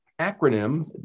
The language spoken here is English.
acronym